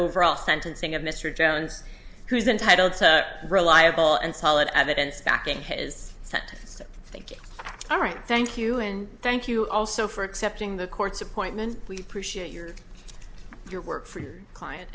overall sentencing of mr jones who's entitled to reliable and solid evidence backing his sat so thank you all right thank you and thank you also for accepting the court's appointment we appreciate your your work for your client